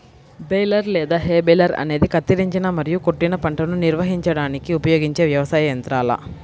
baler లేదా hay baler అనేది కత్తిరించిన మరియు కొట్టిన పంటను నిర్వహించడానికి ఉపయోగించే వ్యవసాయ యంత్రాల